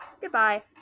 goodbye